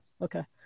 okay